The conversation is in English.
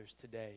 today